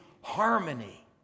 harmony